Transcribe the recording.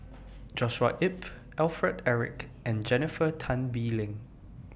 Joshua Ip Alfred Eric and Jennifer Tan Bee Leng